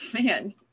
Man